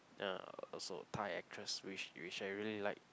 uh also Thai actress which which I really like